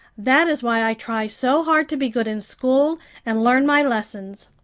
that is why i try so hard to be good in school and learn my lessuns.